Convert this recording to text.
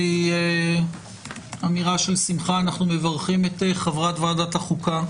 שהיא אמירה של שמחה אנחנו מברכים את חברת ועדת החוקה,